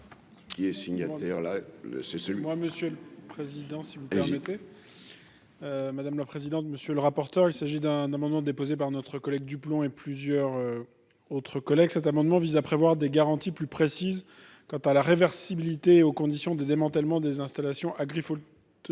la présidente, monsieur le rapporteur, il s'agit d'un amendement déposé par notre collègue du plomb et plusieurs autres collègues, cet amendement vise à prévoir des garanties plus précise quant à la réversibilité, aux conditions de démantèlement des installations à agricoles